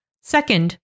Second